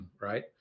right